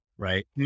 Right